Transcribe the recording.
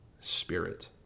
spirit